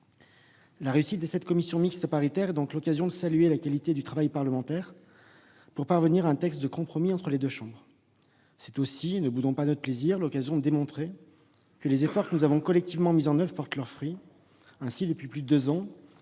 La réussite de cette commission mixte paritaire nous offre l'occasion de saluer la qualité du travail parlementaire pour parvenir à un texte de compromis entre les deux chambres. C'est aussi, ne boudons pas notre plaisir, l'occasion de démontrer que les efforts que nous avons collectivement fournis portent leur fruit. Depuis plus de deux ans,